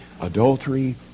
adultery